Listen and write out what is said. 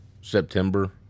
September